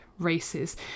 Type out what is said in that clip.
Races